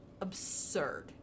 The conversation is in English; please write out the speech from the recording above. absurd